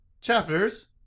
chapters